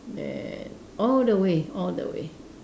then all the way all the way